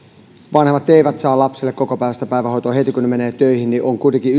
vanhemmat eivät saa lapsille kokopäiväistä päivähoitoa heti kun he menevät töihin on kuitenkin